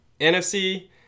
NFC